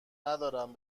ندارم